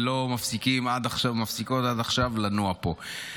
ולא מפסיקות עד עכשיו לנוע פה.